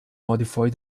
modify